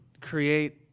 create